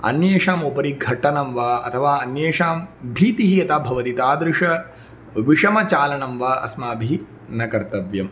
अन्येषाम् उपरि घटनं वा अथवा अन्येषां भीतिः यथा भवति तादृशं विषमचालनं वा अस्माभिः न कर्तव्यम्